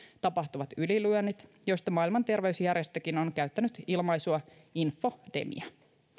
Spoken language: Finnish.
tapahtuvat ylilyönnit joista maailman terveysjärjestökin on käyttänyt ilmaisua infodemia